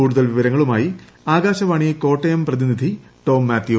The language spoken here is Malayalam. കൂടൂതൽ വിവരങ്ങളുമായി ആകാശവാണി കോട്ടയം പ്രതിനിധി ടോം മാത്യു